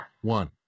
one